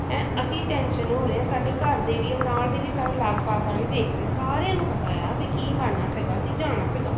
ਹੈ ਅਸੀਂ ਟੈਂਸਨ ਹੋ ਰਹੇ ਹਾਂ ਸਾਡੇ ਘਰ ਦੇ ਵੀ ਆ ਨਾਲ ਦੇ ਵੀ ਸਾਰੇ ਲਾਗ ਪਾਸ ਵਾਲੇ ਦੇਖ ਰਹੇ ਆ ਸਾਰਿਆਂ ਨੂੰ ਪਤਾ ਆ ਵੀ ਕੀ ਬਣਨਾ ਸੀਗਾ ਅਸੀਂ ਜਾਣਾ ਸੀਗਾ